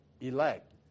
elect